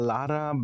Lara